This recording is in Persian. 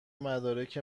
مدارک